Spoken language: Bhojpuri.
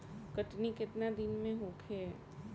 कटनी केतना दिन में होखे?